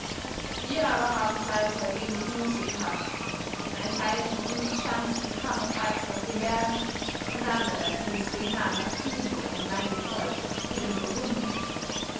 wir aber haben seither wenig muße gehabt ein teil von uns schanzt mit hammer und axt auf den bergen und andere sind dem herrn nach süden über den main gefolgt zu den burgunden